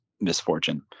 misfortune